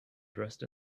dressed